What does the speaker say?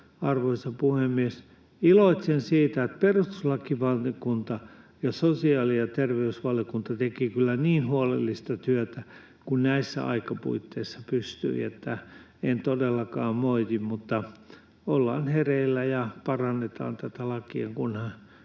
arvoisa puhemies, vaan iloitsen siitä, että perustuslakivaliokunta ja sosiaali- ja terveysvaliokunta tekivät kyllä niin huolellista työtä kuin näissä aikapuitteissa pystyi, niin että en todellakaan moiti. Mutta ollaan hereillä ja parannetaan tätä lakia, kunhan